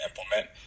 implement